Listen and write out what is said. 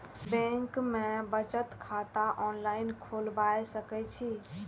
Bank में बचत खाता ऑनलाईन खोलबाए सके छी?